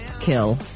kill